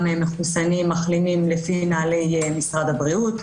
מחוסנים-מחלימים לפי נהלי משרד הבריאות.